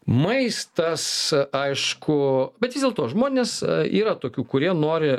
maistas aišku bet vis dėlto žmonės yra tokių kurie nori